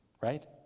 Right